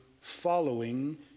following